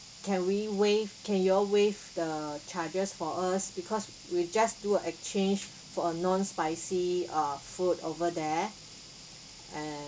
can we waive can you all waive the charges for us because we just do a exchange for a non spicy uh food over there and